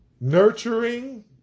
Nurturing